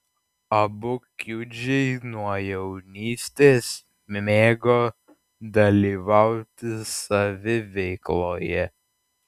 abu kiudžiai nuo jaunystės mėgo dalyvauti saviveikloje